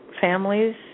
families